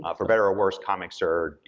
um for better or worse, comics are,